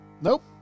Nope